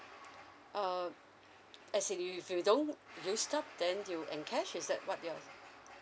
uh as in if you don't used up then you in cash is that what you're